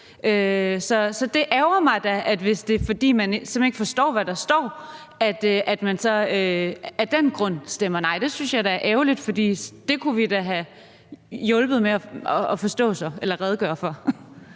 Så det ærgrer mig da, hvis det er, fordi man simpelt hen ikke forstår, hvad der står, at man af den grund stemmer nej. Det synes jeg er ærgerligt, for det kunne vi da have hjulpet med at redegøre for.